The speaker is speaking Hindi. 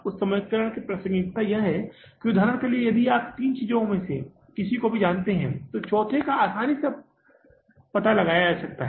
उस समीकरण की प्रासंगिकता यह है कि उदाहरण के लिए यदि आप तीन चीजों में से किसी को भी जानते हैं तो चौथे पर आसानी से काम किया जा सकता है